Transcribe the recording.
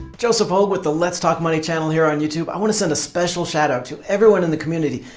joseph hogue with the let's talk money channel here on youtube. i want to send a special shout out to everyone in the community,